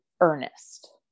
earnest